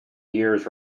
years